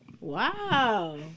Wow